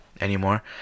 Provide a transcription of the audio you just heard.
anymore